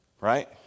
right